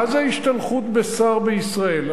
מה זה ההשתלחות בשר בישראל?